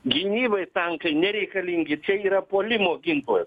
gynybai tankai nereikalingi čia yra puolimo ginklas